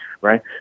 right